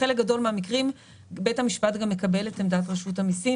בחלק גדול מהמקרים בית המשפט גם מקבל את עמדת רשות המיסים,